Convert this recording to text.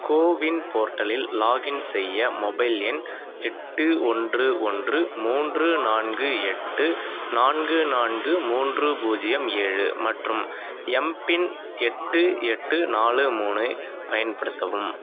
CoWIN போர்ட்டலில் login செய்ய mobile எண் எட்டு ஒன்று ஒன்று மூன்று நான்கு எட்டு நான்கு நான்கு மூன்று பூஜ்யம் ஏழு மற்றும் எம்பின் எட்டு எட்டு நாலு மூனை பயன்படுத்தவும்